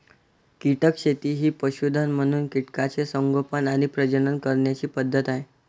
कीटक शेती ही पशुधन म्हणून कीटकांचे संगोपन आणि प्रजनन करण्याची पद्धत आहे